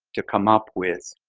to come up with,